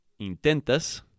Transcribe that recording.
intentas